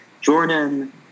Jordan